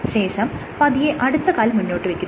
ശേഷം പതിയെ അടുത്ത കാൽ മുന്നോട്ട് വെക്കുന്നു